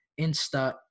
insta-